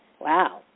Wow